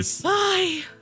Bye